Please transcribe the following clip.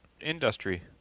industry